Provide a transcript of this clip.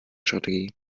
strategie